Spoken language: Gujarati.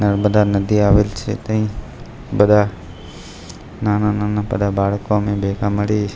નર્મદા નદી આવેલી છે ત્યાં બધા નાના નાના બધા બાળકો અમે ભેગા મળી